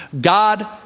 God